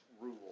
rule